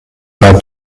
pas